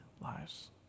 lives